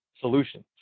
solutions